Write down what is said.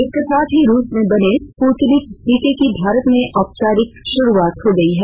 इसके साथ ही रूस में बने स्पूतनिक टीके की भारत में औपचारिक शुरूआत हो गई है